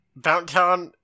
Bountown